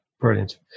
brilliant